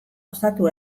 osatu